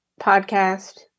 podcast